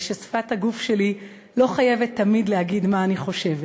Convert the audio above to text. וששפת הגוף שלי לא חייבת תמיד להגיד מה אני חושבת.